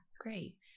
great